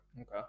Okay